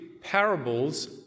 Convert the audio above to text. parables